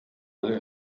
alle